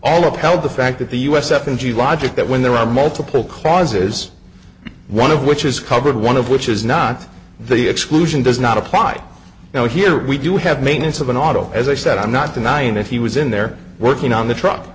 all upheld the fact that the us f and g logic that when there are multiple causes one of which is covered one of which is not the exclusion does not apply now here we do have maintenance of an auto as i said i'm not denying that he was in there working on the truck